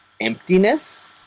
emptiness